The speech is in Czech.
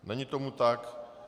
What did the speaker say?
Není tomu tak.